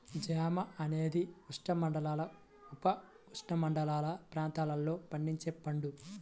జామ అనేది ఉష్ణమండల, ఉపఉష్ణమండల ప్రాంతాలలో పండించే పండు